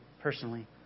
personally